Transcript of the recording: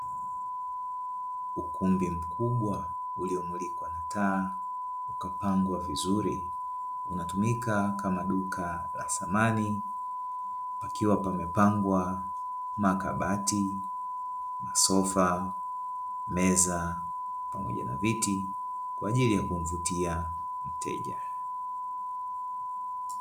Ukumbi mkubwa uliomulikwa na taa, ukapambwa vizuri unaotumika kama duka la samani ikiwa pamepangwa makabati, masofa, meza pamoja na viti kwaajili ya kuvutia wateja.